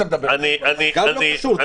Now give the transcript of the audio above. גם לא קשור.